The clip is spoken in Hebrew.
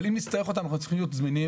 אבל אם נצטרך אותן הן צריכות להיות זמינות,